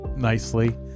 Nicely